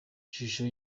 ishusho